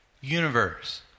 universe